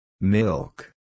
Milk